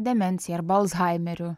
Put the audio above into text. demencija arba alzhaimeriu